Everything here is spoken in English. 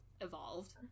evolved